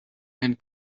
and